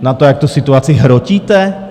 Na to, jak tu situaci hrotíte?